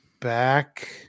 back –